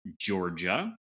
Georgia